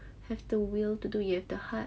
have the will to do you have the heart